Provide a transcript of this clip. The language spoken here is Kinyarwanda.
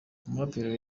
umuraperi